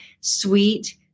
sweet